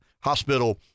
Hospital